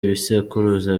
ibisekuruza